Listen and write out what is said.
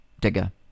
Digger